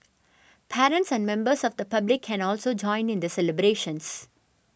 parents and members of the public can also join in the celebrations